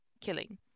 killing